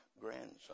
grandson